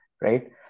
right